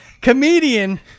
comedian